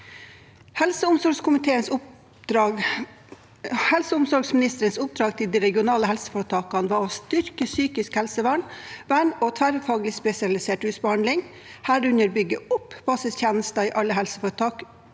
Helse- og omsorgsministerens oppdrag til de regionale helseforetakene var å styrke psykisk helsevern og tverrfaglig spesialisert rusbehandling, herunder å bygge opp basistjenester innen tverrfaglig